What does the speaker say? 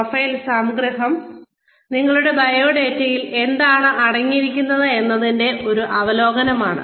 profile സംഗ്രഹം നിങ്ങളുടെ ബയോഡാറ്റയിൽ എന്താണ് അടങ്ങിയിരിക്കുന്നത് എന്നതിന്റെ ഒരു അവലോകനമാണ്